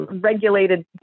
regulated